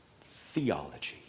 theology